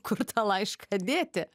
kur tą laišką dėti